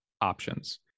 options